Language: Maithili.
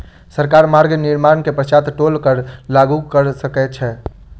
सरकार मार्ग निर्माण के पश्चात टोल कर लागू कय सकैत अछि